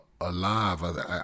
alive